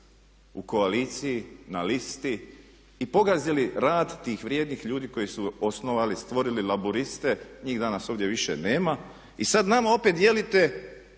u koaliciji, na listi i pogazili rad tih vrijednih ljudi koji su osnovali, stvorili Laburiste. Njih danas ovdje više nema i sad nama opet dijelite